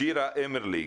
שירה אימרגליק,